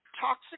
toxic